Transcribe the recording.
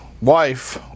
wife